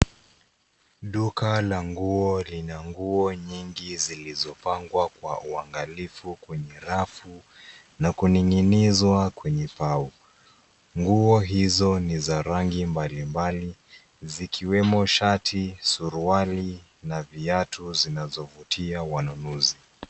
Duka la nguo lina nguo nyingi zilizopangwa kwa uangalifu kwenye rafu na kuning'inizwa kwenye pau. Nguo hizo ni za rangi mbalimbali zikiwemo shati, suruali na viatu vinavyovutia wanunuzi.